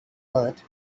earth